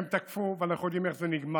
הם תקפו, ואנחנו יודעים איך זה נגמר: